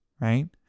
right